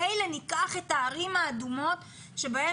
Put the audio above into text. מילא אם ניקח את הערים האדומות בהן